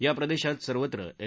या प्रदेशात सर्वत्र एस